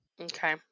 Okay